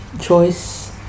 choice